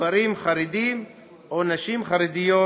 גברים חרדים או נשים חרדיות,